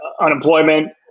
unemployment